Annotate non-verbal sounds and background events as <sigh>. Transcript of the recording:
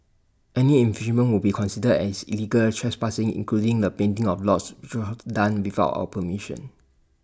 any infringement will be considered as illegal trespassing including the painting of lots <unintelligible> done without our permission